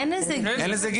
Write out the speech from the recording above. אין לזה גיל?